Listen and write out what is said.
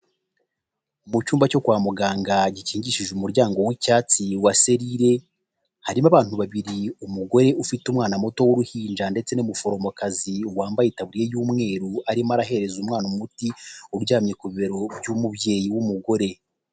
Mu cyumba cyo kwa muganga gikingishije umuryango w'icyatsi wa selirire, harimo abantu babiri umugore ufite umwana muto w'uruhinja ndetse n'umuforomokazi wambaye itabu y'umweru arimo arahereza umwana umuti uryamye ku bibero by'umubyeyi w'umugore.